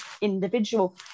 individual